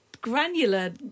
granular